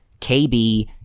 KB